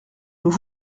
nous